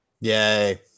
Yay